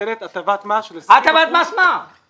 ניתנת הטבת מס של 20 אחוזים.